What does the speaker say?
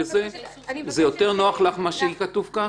זה יותר נוח ממה שכתוב כך?